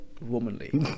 womanly